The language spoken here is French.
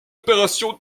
opération